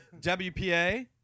WPA